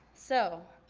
so.